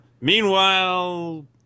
meanwhile